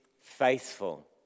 faithful